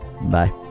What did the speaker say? Bye